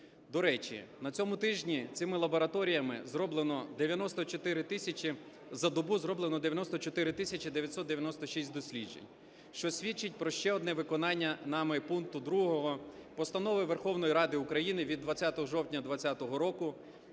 До речі, на цьому тижні цими лабораторіями зроблено 94 тисячі, за добу зроблено 94 тисячі 996 досліджень, що свідчить про ще одне виконання нами пункту 2 Постанови Верховної Ради України від 20 жовтня 20-го року